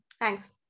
thanks